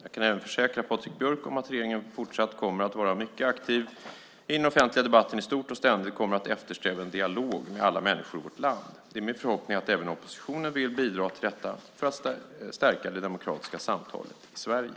Jag kan även försäkra Patrik Björck att regeringen fortsatt kommer att vara mycket aktiv i den offentliga debatten i stort och ständigt kommer att eftersträva en dialog med alla människor i vårt land. Det är min förhoppning att även oppositionen vill bidra till detta för att stärka det demokratiska samtalet i Sverige.